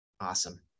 Awesome